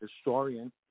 historian